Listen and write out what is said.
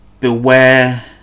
Beware